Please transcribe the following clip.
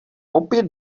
opět